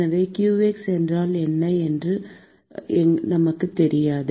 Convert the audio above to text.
எனவே qx என்றால் என்ன என்று எங்களுக்குத் தெரியாது